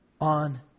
on